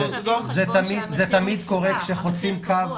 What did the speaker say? זה תמיד קורה כשחוצים קו.